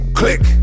click